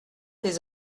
des